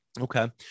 Okay